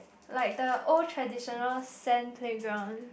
like the old traditional sand playground